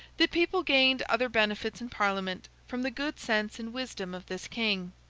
the people gained other benefits in parliament from the good sense and wisdom of this king.